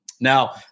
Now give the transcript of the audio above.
Now